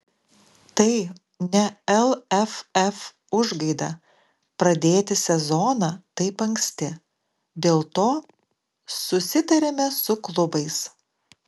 tai ne lff užgaida pradėti sezoną taip anksti dėl to susitarėme su klubais